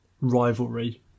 rivalry